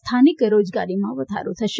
સ્થાનિક રોજગારીમાં વધારો થશે